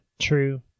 True